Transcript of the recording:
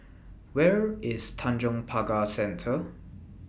Where IS Tanjong Pagar Centre